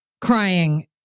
crying